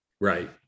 right